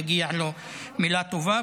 מגיעה לו מילה טובה,